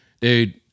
dude